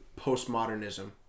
postmodernism